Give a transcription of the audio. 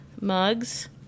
mugs